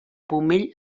pomell